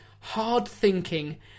hard-thinking